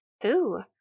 Who